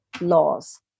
laws